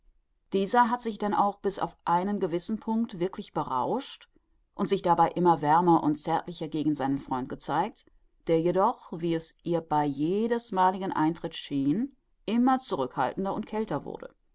dieser hat sich denn auch bis auf einen gewissen punct wirklich berauscht und sich dabei immer wärmer und zärtlicher gegen seinen freund gezeigt der jedoch wie es ihr bei jedesmaligem eintritt schien immer zurückhaltender und kälter wurde